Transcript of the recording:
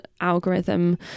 algorithm